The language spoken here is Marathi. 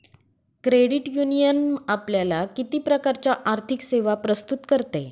क्रेडिट युनियन आपल्याला किती प्रकारच्या आर्थिक सेवा प्रस्तुत करते?